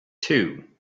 two